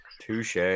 Touche